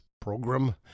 program